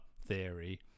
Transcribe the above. theory